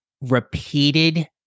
repeated